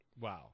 Wow